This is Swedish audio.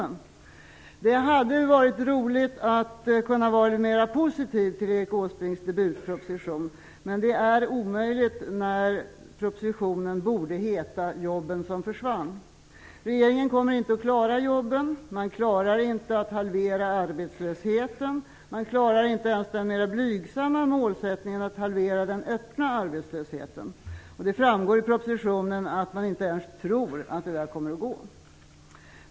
Det hade varit roligt att kunna vara mer positiv till Erik Åsbrinks debutproposition, men det är omöjligt, när propositionen borde heta Jobben som försvann. Regeringen kommer inte att klara jobben. Man klarar inte att halvera arbetslösheten. Man klarar inte ens den mer blygsamma målsättningen att halvera den öppna arbetslösheten. Det framgår av propositionen att man inte ens tror att det kommer att gå.